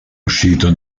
uscito